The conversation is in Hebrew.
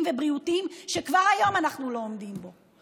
ובריאותיים שכבר היום אנחנו לא עומדים בהם.